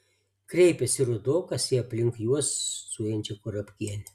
kreipėsi rudokas į aplink juos zujančią kurapkienę